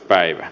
päivä